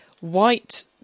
white